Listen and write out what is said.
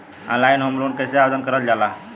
Online home loan कैसे आवेदन करल जा ला?